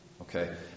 Okay